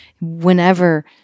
whenever